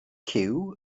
cyw